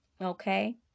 Okay